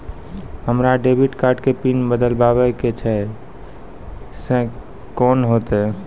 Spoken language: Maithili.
हमरा डेबिट कार्ड के पिन बदलबावै के छैं से कौन होतै?